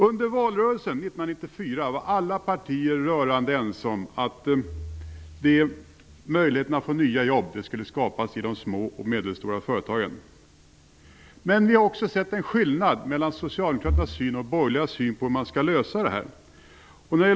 Under valrörelsen 1994 var alla partier rörande överens om att möjligheterna till nya jobb skulle skapas i de små och medelstora företagen. Men vi har också märkt en skillnad mellan Socialdemokraternas och de borgerligas syn på hur man skall lösa problemen.